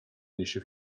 niesie